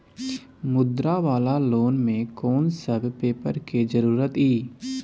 मुद्रा वाला लोन म कोन सब पेपर के जरूरत इ?